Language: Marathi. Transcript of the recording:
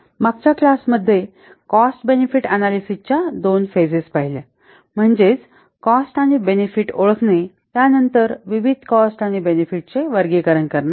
मागच्या क्लास मध्ये कॉस्ट बेनेफिट अनॅलिसिस च्या दोन फेजेज पहिल्या म्हणजेच कॉस्ट आणि बेनेफिट ओळखणे त्यानंतर विविध कॉस्ट आणि बेनेफिटचे वर्गीकरण करणे